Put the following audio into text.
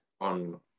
on